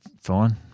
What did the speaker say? fine